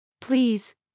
Please